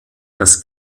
das